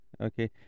okay